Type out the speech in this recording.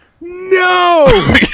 no